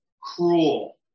cruel